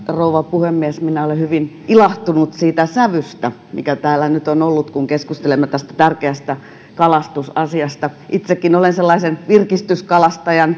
puhemies minä olen hyvin ilahtunut siitä sävystä mikä täällä nyt on ollut kun keskustelemme tästä tärkeästä kalastusasiasta itsekin olen sellaisen virkistyskalastajan